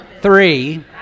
three